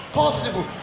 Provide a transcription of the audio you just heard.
possible